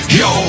yo